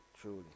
truly